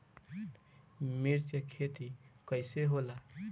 मिर्च के खेती कईसे होला?